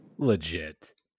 Legit